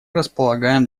располагаем